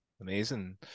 Amazing